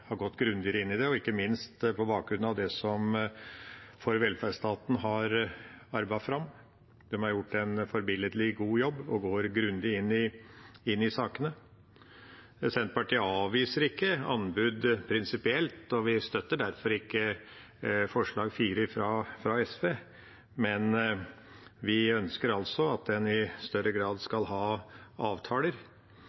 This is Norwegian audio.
har gått grundigere inn i det, ikke minst på bakgrunn av det som For velferdsstaten har arbeidet fram. De har gjort en forbilledlig god jobb og går grundig inn i sakene. Senterpartiet avviser ikke anbud prinsipielt, og vi støtter derfor ikke forslag nr. 4 fra SV, men vi ønsker altså at en i større grad